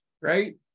right